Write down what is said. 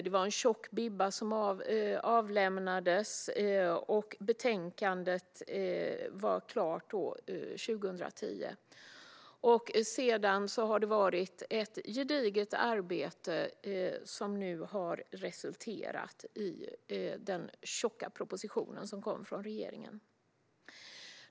Det var en tjock bibba som avlämnades, och betänkandet blev klart 2010. Därefter har det varit ett gediget arbete som nu har resulterat i den tjocka proposition som kom från regeringen.